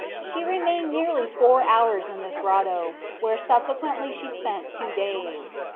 she re mained nearly four hours in this grotto, where subsequently she spent two days.